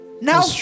Now